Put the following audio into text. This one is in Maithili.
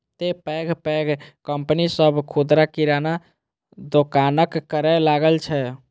तें पैघ पैघ कंपनी सभ खुदरा किराना दोकानक करै लागल छै